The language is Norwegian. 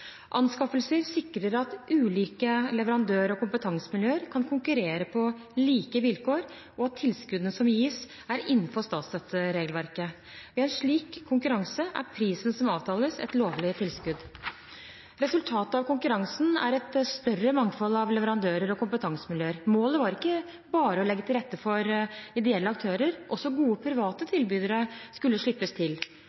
Anskaffelser sikrer at ulike leverandør- og kompetansemiljøer kan konkurrere på like vilkår, og at tilskuddene som gis, er innenfor statsstøtteregelverket. I en slik konkurranse er prisen som avtales, et lovlig tilskudd. Resultatet av konkurransen er et større mangfold av leverandører og kompetansemiljøer. Målet var ikke bare å legge til rette for ideelle aktører; også gode private